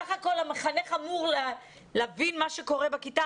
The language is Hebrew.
בסך הכול המחנך אמור להבין מה קורה בכיתה